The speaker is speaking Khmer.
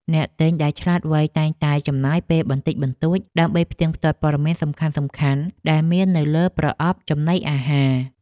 អ្នកទិញដែលឆ្លាតវៃតែងតែចំណាយពេលបន្តិចបន្តួច ដើម្បីផ្ទៀងផ្ទាត់ព័ត៌មានសំខាន់ៗដែលមាននៅលើប្រអប់ចំណីអាហារ។